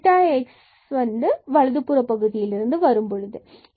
இது delta x வலதுபுற பகுதியிலிருந்து வரும் பொழுது ஆகும்